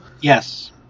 Yes